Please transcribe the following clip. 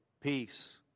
peace